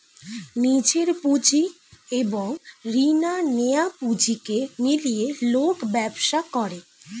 নিজের পুঁজি এবং রিনা নেয়া পুঁজিকে মিলিয়ে লোক ব্যবসা করে